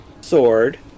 sword